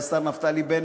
השר נפתלי בנט,